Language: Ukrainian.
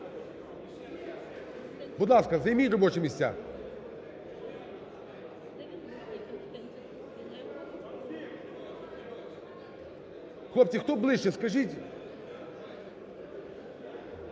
Будь ласка, займіть робочі місця. Хлопці, хто ближче, скажіть…